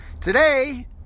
Today